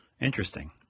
Interesting